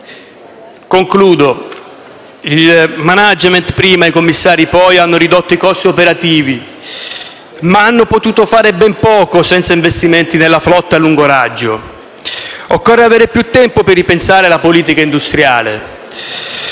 ricavo. Il *management*, prima, ed i commissari, poi, hanno ridotto i costi operativi, ma hanno potuto fare ben poco senza investimenti nella flotta a lungo raggio. Occorre avere più tempo per ripensare la politica industriale,